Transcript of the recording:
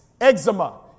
eczema